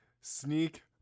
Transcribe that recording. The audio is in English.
sneak